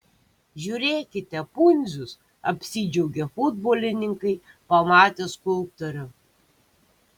žiūrėkite pundzius apsidžiaugė futbolininkai pamatę skulptorių